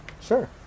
Sure